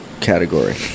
category